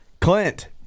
Clint